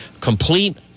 Complete